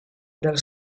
dal